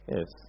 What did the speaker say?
Yes